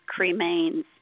cremains